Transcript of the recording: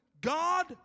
God